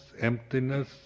emptiness